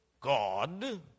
God